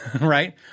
Right